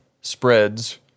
spreads